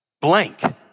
blank